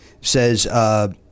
says